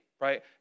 right